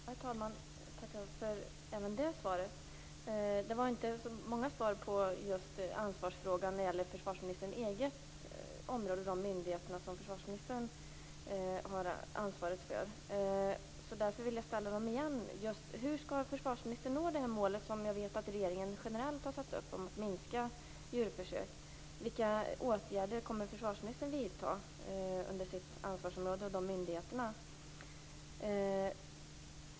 Herr talman! Jag tackar också för det svaret. Det var dock inte så mycket ett svar om ansvarsfrågan när det gäller försvarsministerns eget område och de myndigheter som försvarsministern har ansvaret för. Därför vill jag än en gång fråga: Hur skall försvarsministern nå det mål som jag vet att regeringen generellt har satt upp och som handlar om att minska djurförsöken? Vilka åtgärder kommer försvarsministern att vidta inom sitt ansvarsområde och de myndigheterna?